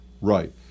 Right